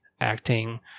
acting